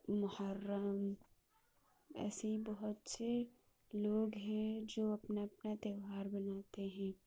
محرم ایسے ہی بہت سے لوگ ہیں جو اپنا اپنا تہوار بناتے ہیں